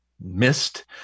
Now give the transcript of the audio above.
missed